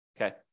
okay